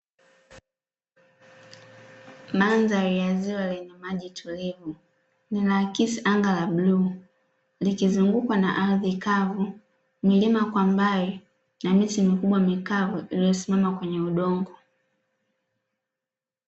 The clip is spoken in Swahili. Mandhari ya ziwa lenye maji tulivu linaakisi anga la bluu likizungukwa na ardhi kavu, milima kwa mbali na miti mikubwa mikavu iliyosimama kwenye udongo.